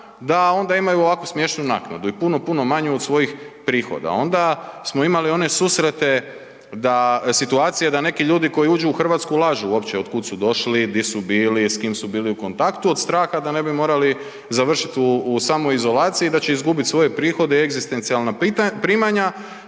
da onda imaju ovakvo smiješnu naknadu i puno, puno manju od svojih prihoda. Onda smo imali one susrete da, situacije da neki ljudi koji uđu u Hrvatsku lažu uopće od kud su došli, di su bili, s kim su bili u kontaktu od straha da ne bi morali završiti u samoizolaciji, da će izgubiti svoje prihode i egzistencijalna primanja